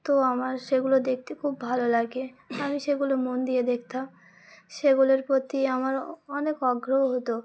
তো আমার সেগুলো দেখতে খুব ভালো লাগে আমি সেগুলো মন দিয়ে দেখতাম সেগুলোর প্রতি আমার অনেক আগ্রহ হতো